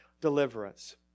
deliverance